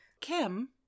Kim